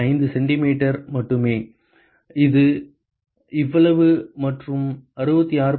5 centimetre மட்டுமே இது இவ்வளவு மற்றும் 66